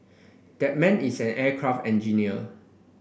that man is an aircraft engineer